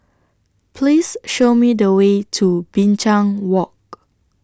Please Show Me The Way to Binchang Walk